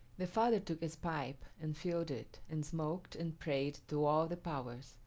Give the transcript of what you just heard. the father took his pipe and filled it, and smoked and prayed to all the powers,